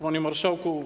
Panie Marszałku!